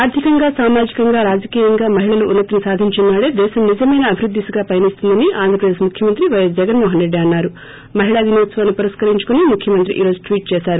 ఆర్లికంగా సామాజికంగా రాజకీయంగా మహిళలు ఉన్న తిని సాధించిన నాడే దేశం నిజమైన అభివృద్ధి దిశగా పయనిస్తుందని ఆంధ్రప్రదేశ్ ముఖ్యమంత్రి వైఎస్ జగన్మోహన్రెడ్డి ముఖ్యమంత్రి ఈ రోజు టీఏట్ చేసారు